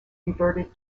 reverted